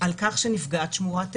על כך שנפגעת שמורת טבע,